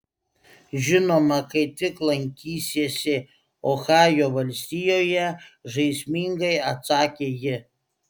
žinoma kai tik lankysiesi ohajo valstijoje žaismingai atsakė ji